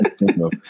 no